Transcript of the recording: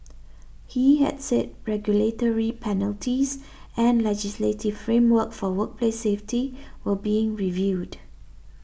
he had said regulatory penalties and legislative framework for workplace safety were being reviewed